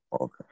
Okay